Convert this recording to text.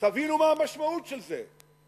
תבינו מה המשמעות של זה.